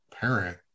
parent